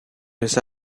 his